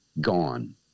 Gone